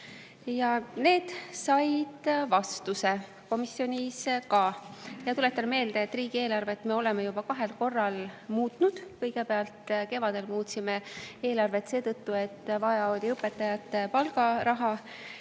ja need said komisjonis vastuse. Tuletan meelde, et seda riigieelarvet me oleme juba kahel korral muutnud. Kõigepealt, kevadel muutsime eelarvet seetõttu, et vaja oli õpetajate palgaraha